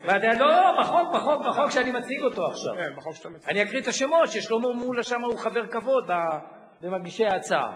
חרדים וחרדיות שיש להם תעודות מהמוסדות להשכלה גבוהה בישראל,